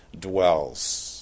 dwells